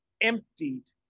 emptied